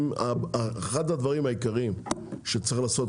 אחד הדברים העיקריים שצריך לעשות,